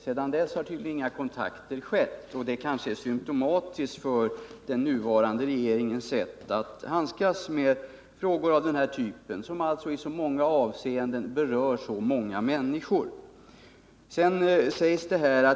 Sedan dess har tydligen inga kontakter tagits, och det är kanske symptomatiskt för den nuvarande regeringens sätt att handskas med frågor av den här typen, som i så många avseenden berör så många människor.